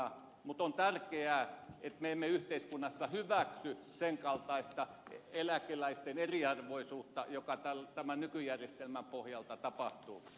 mutta on tärkeää että me emme yhteiskunnassa hyväksy sen kaltaista eläkeläisten eriarvoisuutta joka tämän nykyjärjestelmän pohjalta tapahtuu